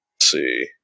see